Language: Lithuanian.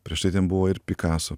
prieš tai ten buvo ir pikaso